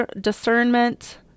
discernment